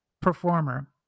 performer